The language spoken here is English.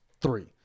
Three